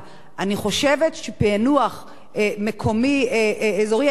אני חושבת שפענוח מקומי-אזורי היה יכול